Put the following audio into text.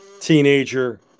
teenager